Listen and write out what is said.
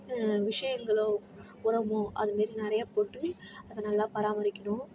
விஷயங்களோ உரமோ அதுமாரி நிறையா போட்டு அதை நல்லா பராமரிக்கணும்